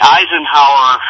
Eisenhower